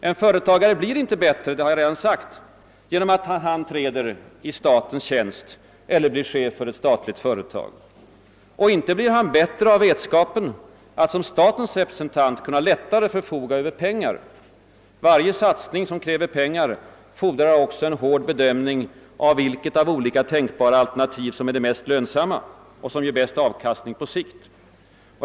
En företagare blir inte bättre — det har jag redan sagt — genom att han träder i statens tjänst eller blir chef för ett statligt företag. Och inte blir han bättre av vetskapen att som statens representant kunna lättare förfoga över pengar. Varje satsning som kräver pengar fordrar också en hård bedömning av vilket av olika tänkbara alternativ som är det mest lönsamma och som ger bäst avkastning på lång sikt.